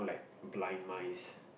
blind mice